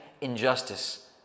injustice